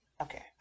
Okay